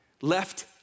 left